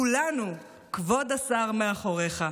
כולנו, כבוד השר, מאחוריך.